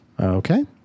Okay